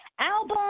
album